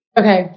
Okay